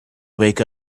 wake